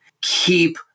Keep